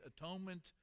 atonement